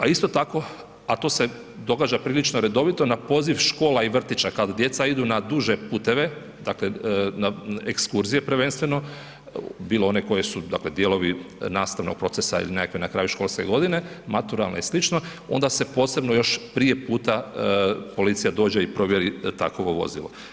A isto tako, a to se događa prilično redovito na poziv škola i vrtića kad djeca idu na duže puteve, dakle na ekskurzije prvenstveno bilo one koje su dakle dijelovi nastavnog procesa ili nekakve na kraju školske godine, maturalne i sl. onda se posebno još prije puta policija dođe i provjeri takvo vozilo.